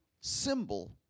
symbol